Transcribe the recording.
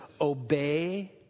obey